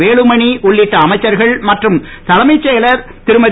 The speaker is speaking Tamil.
வேலுமணி உள்ளிட்ட அமைச்சர்கள் மற்றும் தலைமைச் செயலர் திருமதி